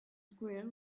square